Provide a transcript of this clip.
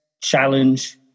challenge